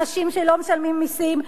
אנשים שלא משלמים מסים,